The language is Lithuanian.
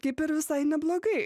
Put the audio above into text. kaip ir visai neblogai